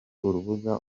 urubuga